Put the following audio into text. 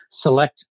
Select